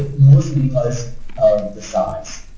ah mostly because of the size.